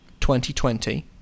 2020